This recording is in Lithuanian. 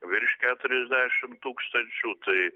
virš keturiasdešimt tūkstančių tai